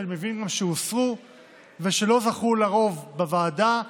שאני מבין שהוסרו ושלא זכו לרוב בוועדה,